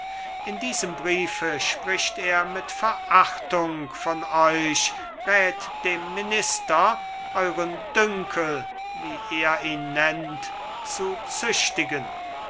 in diesem briefe spricht er mit verachtung von euch rät dem minister euren dünkel wie er ihn nennt zu züchtigen